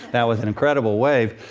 that was an incredible wave!